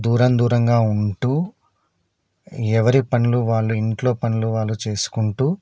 దూరం దూరంగా ఉంటూ ఎవరి పనులు వాళ్ళు ఇంట్లో పనులు వాళ్ళు చేసుకుంటూ